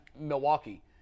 Milwaukee